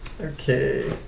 Okay